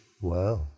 Wow